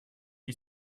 you